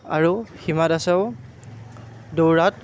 আৰু হিমা দাসেও দৌৰাত